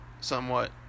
somewhat